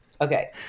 Okay